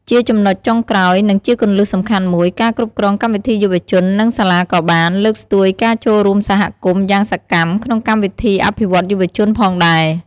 ជាចំណុចចុងក្រោយ និងជាគន្លឹះសំខាន់មួយ ការគ្រប់គ្រងកម្មវិធីយុវជន និងសាលាក៏បាន លើកស្ទួយការចូលរួមសហគមន៍ យ៉ាងសកម្ម ក្នុងកម្មវិធីអភិវឌ្ឍយុវជន ផងដែរ។